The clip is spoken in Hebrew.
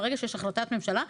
ברגע שיש החלטת ממשלה,